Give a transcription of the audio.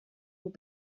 will